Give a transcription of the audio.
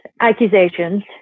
accusations